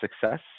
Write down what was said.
success